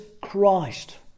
Christ